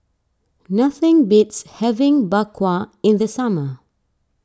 nothing beats having Bak Kwa in the summer